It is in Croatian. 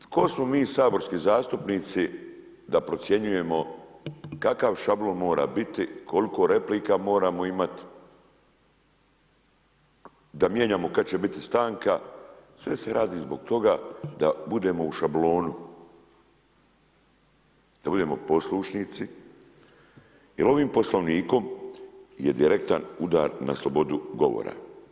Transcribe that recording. Tko smo mi saborski zastupnici da procjenjujemo kakav šablon mora biti, koliko replika moramo imati, da mijenjamo kad će biti stanka, sve se radi zbog toga da budemo u šablonu, da budemo poslušnici jer ovim Poslovnikom je direktan udar na slobodu govora.